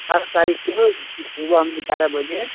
अठारह तारीख को सुबह हम ग्यारह बजे